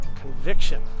conviction